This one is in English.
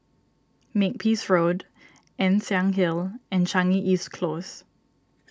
Makepeace Road Ann Siang Hill and Changi East Close